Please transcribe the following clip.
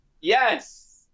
Yes